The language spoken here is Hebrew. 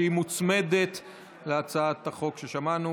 שמוצמדת להצעת החוק ששמענו.